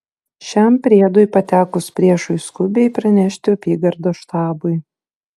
šiam priedui patekus priešui skubiai pranešti apygardos štabui